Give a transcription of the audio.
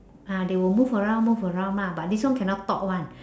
ah they will move around move around lah but this one cannot talk one